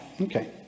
Okay